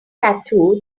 tattoo